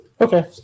Okay